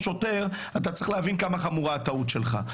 שוטר אתה צריך להבין כמה חמורה הטעות שלך.